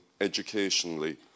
educationally